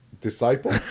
Disciple